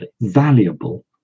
valuable